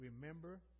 remember